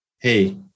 hey